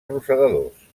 rosegadors